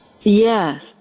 Yes